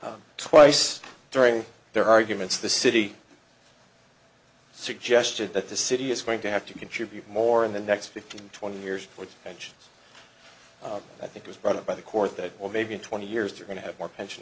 barlow twice during their arguments the city suggested that the city is going to have to contribute more in the next fifteen twenty years which and i think it was brought up by the court that well maybe in twenty years you're going to have more pension